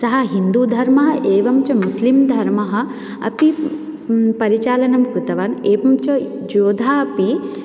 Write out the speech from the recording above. सः हिन्दूधर्मः एवञ्च मुस्लिम् धर्मः अपि परिचालनं कृतवान् एवञ्च जोधा अपि